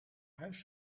huis